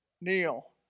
Neil